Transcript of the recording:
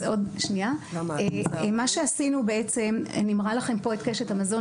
אני מראה לכם פה את קשת המזון,